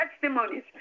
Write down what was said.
testimonies